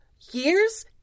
Years